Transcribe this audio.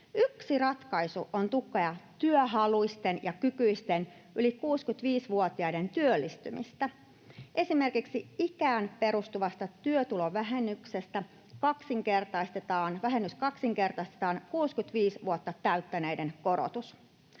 Yksi ratkaisu on tukea työhaluisten ja ‑kykyisten yli 65-vuotiaiden työllistymistä. Esimerkiksi ikään perustuvasta työtulovähennyksestä kaksinkertaistetaan 65 vuotta täyttäneiden korotus.